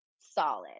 solid